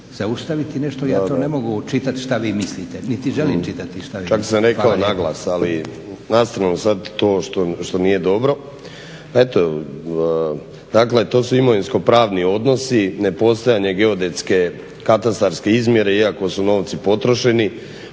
zaustaviti nešto. Ja ne mogu čitati što vi mislite, niti želim čitati što vi mislite. **Vinković, Zoran (HDSSB)** Čak sam rekao na glas, ali na stranu to što nije dobro. Eto dakle to su imovinsko-pravni odnosi, ne postojanje geodetske katastarske izmjere iako su novci potrošeni,